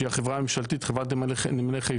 שהיא החברה הממשלתית, חברת נמלי חיפה,